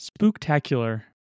spooktacular